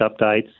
updates